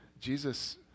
Jesus